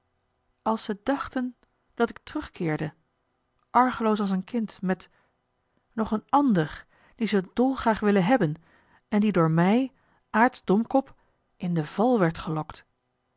als ze dachten dat ik terugkeerde argeloos als een kind met nog een ander dien ze dolgraag willen hebben en die door mij aartsdomkop in de val werd gelokt